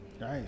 Nice